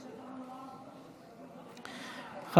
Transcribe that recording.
בבקשה.